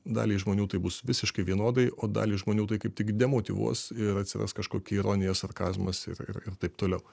daliai žmonių tai bus visiškai vienodai o dalį žmonių tai kaip tik demotyvuos ir atsiras kažkokia ironija sarkazmas ir ir taip toliau